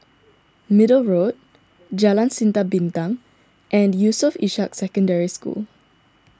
Middle Road Jalan Sinar Bintang and Yusof Ishak Secondary School